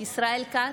ישראל כץ,